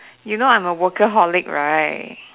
you know I'm a workaholic right